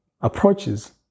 approaches